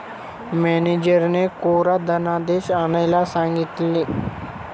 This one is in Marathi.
मॅनेजरने कोरा धनादेश आणायला सांगितले